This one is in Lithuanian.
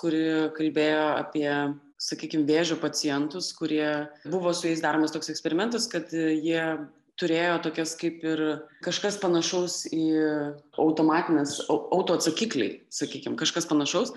kuri kalbėjo apie sakykim vėžio pacientus kurie buvo su jais daromas toks eksperimentas kad jie turėjo tokias kaip ir kažkas panašaus į automatines au autoatsakikliai sakykim kažkas panašaus